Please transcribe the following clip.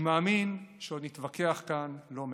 אני מאמין שעוד נתווכח כאן לא מעט.